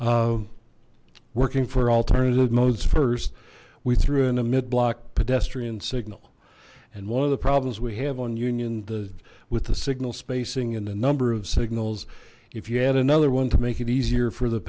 be working for alternative modes first we threw in a mid block pedestrian signal and one of the problems we have on union the with the signal spacing and the number of signals if you add another one to make it easier for the